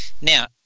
Now